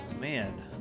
man